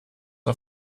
auf